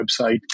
website